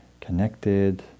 connected